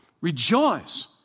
Rejoice